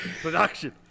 production